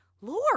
lord